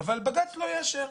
אבל בג"ץ לא יאשר.